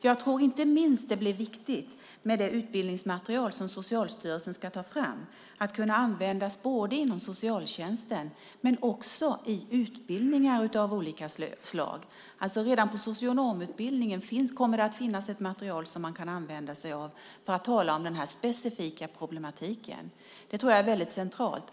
Jag tror inte minst att det blir viktigt med det utbildningsmaterial som Socialstyrelsen ska ta fram. Det ska kunna användas både inom socialtjänsten men också i utbildningar av olika slag. Redan på socionomutbildningen kommer det att finnas ett material att använda sig av för att tala om den här specifika problematiken. Det tror jag är väldigt centralt.